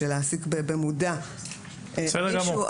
של להעסיק במודע מישהו,